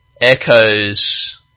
echoes